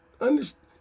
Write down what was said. understand